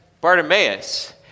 Bartimaeus